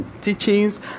teachings